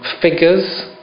figures